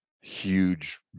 huge